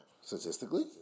statistically